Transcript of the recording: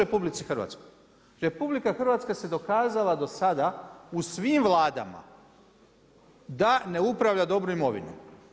RH se dokazala do sada u svim vladama da ne upravlja dobro imovinom.